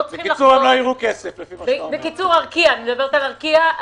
אני מדברת על ארקיע.